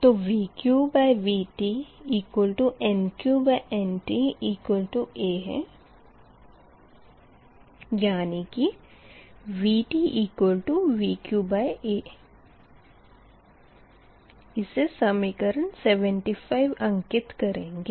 तो VqVtNqNta यानी कि VtVqa इसे समीकरण 75 अंकित करेंगे